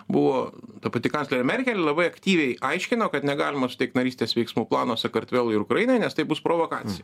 buvo ta pati kanclerė merkel labai aktyviai aiškino kad negalima suteikt narystės veiksmų plano sakartvelui ir ukrainai nes tai bus provokacija